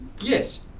Yes